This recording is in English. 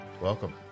Welcome